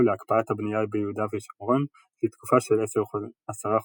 להקפאת הבנייה ביהודה ושומרון "לתקופה של 10 חודשים".